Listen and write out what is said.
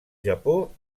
japó